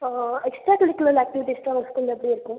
so extra curricular ஆக்டிவிட்டீஸ்லாம் உங்கள் ஸ்கூலில் எப்படி இருக்கும்